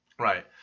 right